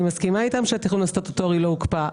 אני מסכימה איתם שהתכנון הסטטוטורי לא הוקפא,